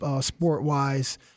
sport-wise